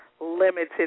limited